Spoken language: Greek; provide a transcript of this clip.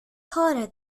χώρα